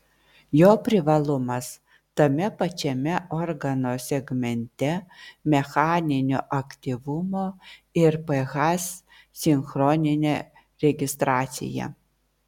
jo privalumas tame pačiame organo segmente mechaninio aktyvumo ir ph sinchroninė registracija